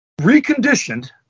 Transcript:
reconditioned